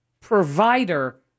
provider